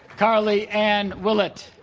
carlie ann willet